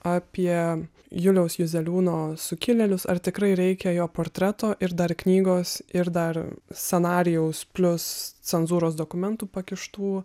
apie juliaus juzeliūno sukilėlius ar tikrai reikia jo portreto ir dar knygos ir dar scenarijaus plius cenzūros dokumentų pakištų